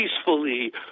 peacefully